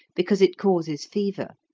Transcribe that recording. because it causes fever